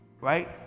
right